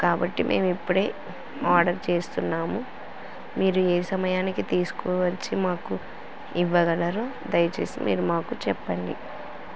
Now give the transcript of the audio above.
కాబట్టి మేము ఇప్పుడే ఆర్డర్ చేస్తున్నాము మీరు ఏ సమయానికి తీసుకు వచ్చి మాకు ఇవ్వగలరో దయచేసి మీరు మాకు చెప్పండి